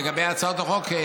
לגבי הצעות החוק,